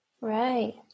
right